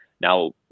Now